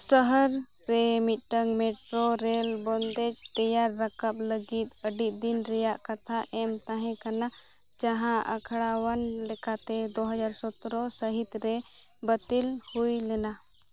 ᱥᱟᱦᱟᱨ ᱨᱮ ᱢᱤᱫᱴᱟᱝ ᱢᱮᱴᱨᱳᱨᱮᱞ ᱵᱚᱱᱫᱮᱡ ᱛᱮᱭᱟᱨ ᱨᱟᱠᱟᱵ ᱞᱟᱹᱜᱤᱫ ᱟᱹᱰᱤᱫᱤᱱ ᱨᱮᱭᱟᱜ ᱠᱟᱛᱷᱟ ᱮᱢ ᱛᱟᱦᱮᱸᱠᱟᱱᱟ ᱡᱟᱦᱟᱸ ᱟᱠᱷᱲᱟᱣᱟᱱ ᱞᱮᱠᱟᱛᱮ ᱫᱩ ᱦᱟᱡᱟᱨ ᱥᱚᱛᱨᱚ ᱥᱟᱹᱦᱤᱛᱨᱮ ᱵᱟᱹᱛᱤᱞ ᱦᱩᱭᱞᱮᱱᱟ